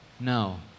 No